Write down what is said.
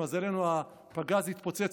למזלנו הפגז התפוצץ,